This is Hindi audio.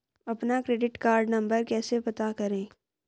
अपना क्रेडिट कार्ड नंबर कैसे पता करें?